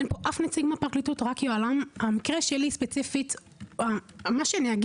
הדברים שאני אומר